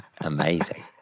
amazing